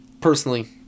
personally